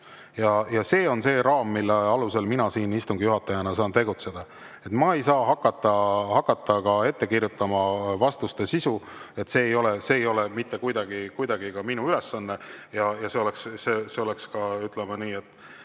See on see raam, mille alusel mina siin istungi juhatajana saan tegutseda. Ma ei saa hakata ette kirjutama vastuste sisu, see ei ole mitte kuidagi minu ülesanne ja see oleks ka täiesti